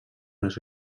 les